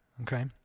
okay